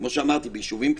כמו שאמרתי, ביישובים קטנים,